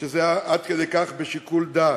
שזה עד כדי כך בשיקול דעת.